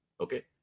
Okay